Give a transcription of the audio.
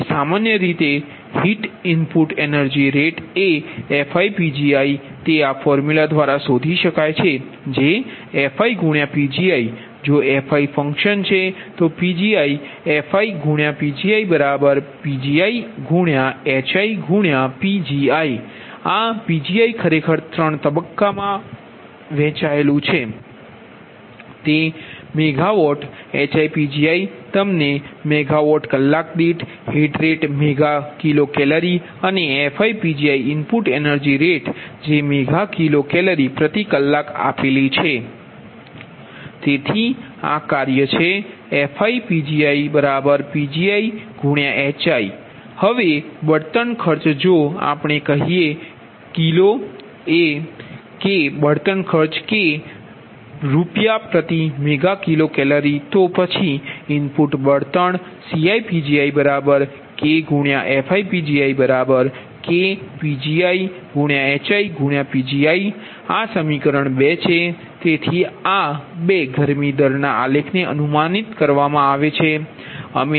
હવે સામાન્ય રીતે હીટ ઇનપુટ એનર્જી રેટ જે FiPgiતે આ ફોર્મ્યુલા દ્વારા શોધી શકાય છે જે FiPgi જો Fi ફંકશન છે તો Pgi FiPgiPgiHiPgi આ Pgi ખરેખર ત્રણ તબક્કા પાવર મેગા વોટ HiPgi મેં તમને મેગા વોટ કલાક દીઠ heat rate mega kilo calorie અને FiPgi ઇનપુટ એનર્જી રેટ જે મેગા કિલો કેલરી પ્રતિ કલાક આપેલી છે તેથી આ કાર્ય છે FiPgiPgiHiPgiહવે બળતણ ખર્ચ જો આપણે કહીએ k RsMkCal તો પછી ઇનપુટ બળતણ કિંમત CiPgikFiPgikPgiHiPgi આ સમીકરણ 2 છે તેથી આ 2 ગરમી દર ના આલેખને અનુમાનિત કરવામાં આવી શકે છે